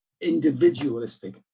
individualistic